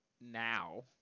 Now